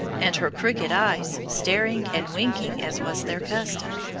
and her crooked eyes staring and winking as was their custom.